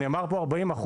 נאמר פה 40%,